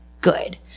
good